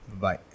Bye